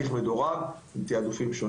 לכן זה תהליך מדורג, עם תיעדופים שונים.